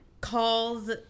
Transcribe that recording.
calls